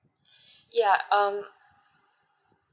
ya um